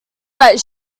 that